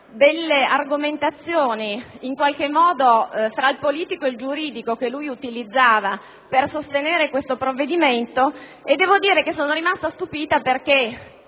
dalle argomentazioni fra il politico e il giuridico che lei utilizzava per sostenere questo provvedimento e devo dire che sono rimasta tanto più